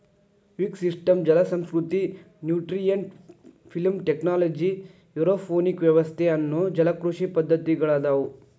wick system ಜಲಸಂಸ್ಕೃತಿ, nutrient film technology, aeroponic ವ್ಯವಸ್ಥೆ ಅನ್ನೋ ಜಲಕೃಷಿ ಪದ್ದತಿಗಳದಾವು